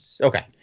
Okay